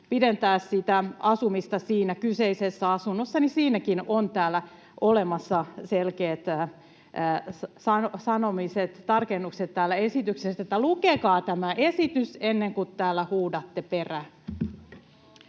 pidentää sitä asumista siinä kyseisessä asunnossa, niin siinäkin on olemassa selkeät tarkennukset täällä esityksessä. Lukekaa tämä esitys ennen kuin täällä huudatte perään.